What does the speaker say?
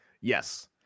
Yes